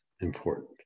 important